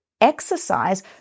exercise